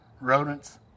rodents